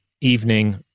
evening